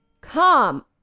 Come